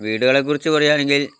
വീടുകളെക്കുറിച്ച് പറയുകയാണെങ്കിൽ